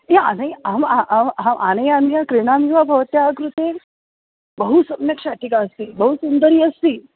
य अरे अहम् अहम् अहम् आनयामि क्रीणामि वा भवत्याः कृते बहु सम्यक् शाटिका अस्ति बहु सुन्दरी अस्ति